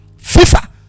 FIFA